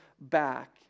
back